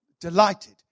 delighted